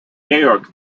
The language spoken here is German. georg